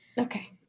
Okay